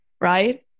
right